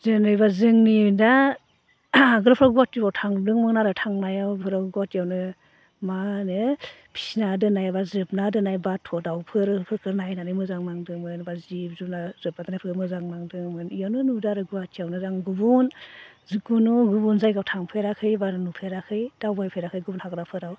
जेनेबा जोंनि दा आगोलफोराव गुवाहाटीयाव थांदोंमोन आरो थांनायाव बेफोराव गुवाहाटीयावनो मा होनो फिसिना दोननाय एबा जोबना दोननाय बाथ' दाउफोर बेफोरखौ नायनानै मोजां मोन्दोंमोन एबा जिब जुनार जोबना दोननायफोरखौ मोजां मोन्दोंमोन बेयावनो नुदों आरो गुवाहाटीयाव मोजां गुबुन जिकुनु गुबुन जायगायाव थांफेराखै बा नुफेराखै दावबायफेराखै गुबुन हाग्राफोराव